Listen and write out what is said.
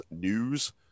news